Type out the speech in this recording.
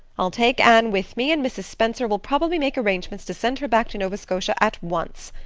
i'll take anne with me and mrs. spencer will probably make arrangements to send her back to nova scotia at once.